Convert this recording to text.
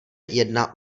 jedna